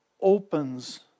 opens